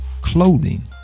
clothing